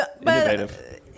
innovative